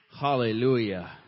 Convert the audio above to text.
Hallelujah